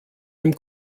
dem